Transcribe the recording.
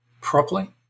properly